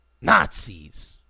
Nazis